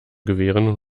gewehren